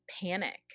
panic